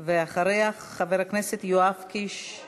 ואחריה, חבר הכנסת יואב קיש.